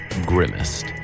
grimmest